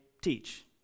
teach